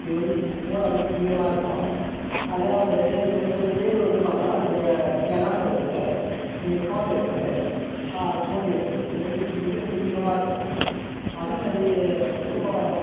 இது வந்து ஃபோட்டோ வந்து துல்லியமாக இருக்கும் அதாவது இது வந்து பேர் வந்து பார்த்தா நிறைய கெனான் இருக்குது நிக்கான் இருக்குது சோனி இருக்குது இது வந்து மிகத் துல்லியமாக இருக்கும் அதே மாதிரி ஃபோ